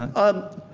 and um,